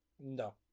No